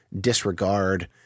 disregard